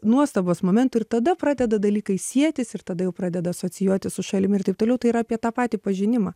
nuostabos momentų ir tada pradeda dalykai sietis ir tada jau pradeda asocijuotis su šalimi ir taip toliau tai yra apie tą patį pažinimą